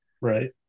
Right